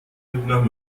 nach